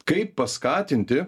kaip paskatinti